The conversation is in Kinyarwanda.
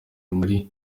muri